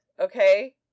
Okay